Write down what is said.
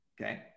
Okay